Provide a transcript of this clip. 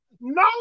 no